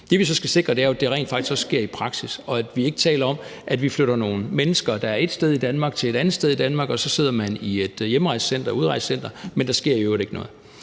Det, vi så skal sikre, er jo, at det rent faktisk også sker i praksis, og at vi ikke taler om at flytte nogle mennesker, der er ét sted i Danmark, til et andet sted i Danmark, og så sidder de i et hjemrejsecenter eller udrejsecenter, men der sker i øvrigt ikke noget.